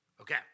okay